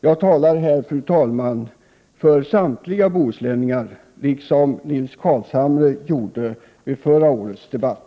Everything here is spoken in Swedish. Jag talar här för samtliga bohuslänningar, liksom Nils Carlshamre gjorde i förra årets debatt.